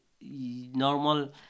normal